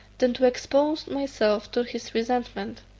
than to expose myself to his resentment.